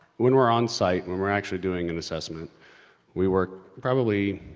when we're on site, when we're actually doing an assessment we work probably,